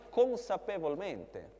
consapevolmente